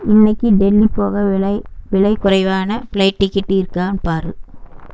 இன்றைக்கி டெல்லி போக விலை விலை குறைவான ஃபிளைட் டிக்கெட் இருக்கான்னு பார்